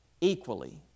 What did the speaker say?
equally